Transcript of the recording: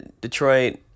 Detroit